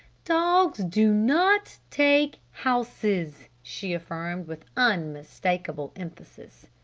dogs do not take houses! she affirmed with unmistakable emphasis.